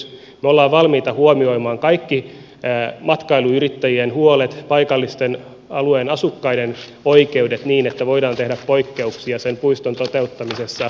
me olemme valmiita huomioimaan kaikki matkailuyrittäjien huolet paikallisten alueen asukkaiden oikeudet niin että voidaan tehdä poikkeuksia sen puiston toteuttamisessa